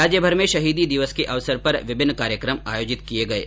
राज्यभर में शहीदी दिवस के अवसर पर विभिन्न कार्यक्रम आयोजित किये गये